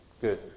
Good